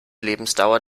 lebensdauer